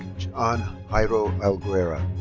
john jairo alguera.